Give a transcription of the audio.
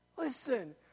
Listen